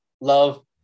love